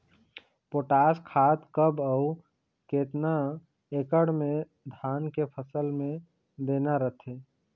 Potash खाद कब अऊ केतना एकड़ मे धान के फसल मे देना रथे?